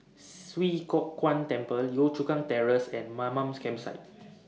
Swee Kow Kuan Temple Yio Chu Kang Terrace and Mamam Campsite